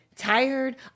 tired